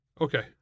Okay